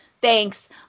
Thanks